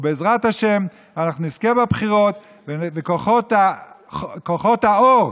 ובעזרת השם אנחנו נזכה בבחירות, וכוחות האור,